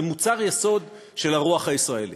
זה מוצר יסוד של הרוח הישראלית.